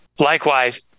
Likewise